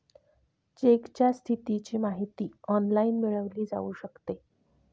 चेकच्या स्थितीची माहिती ऑनलाइन मिळवली जाऊ शकते